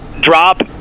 drop